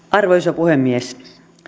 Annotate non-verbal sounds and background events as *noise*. *unintelligible* arvoisa puhemies